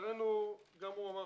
לצערנו, גם הוא אמר